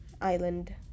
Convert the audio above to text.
island